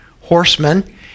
horsemen